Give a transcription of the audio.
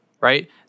right